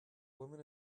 woman